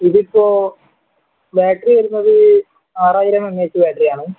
ഇതിപ്പോൾ ബാറ്ററി വരുന്നത് ആറായിരം എം എച്ച് ബാറ്റെറിയാണ്